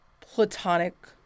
platonic